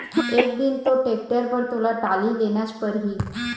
एक दिन तो टेक्टर बर तोला टाली लेनच परही